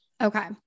Okay